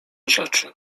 rzeczy